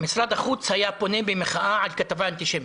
משרד החוץ היה פונה במחאה על כתבה אנטישמית,